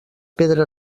pedra